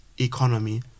economy